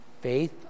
faith